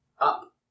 Up